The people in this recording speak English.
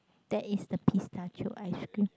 that is the pistachio ice cream